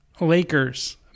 Lakers